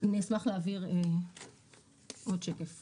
ארבעה תפקידים עיקריים).